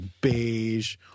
beige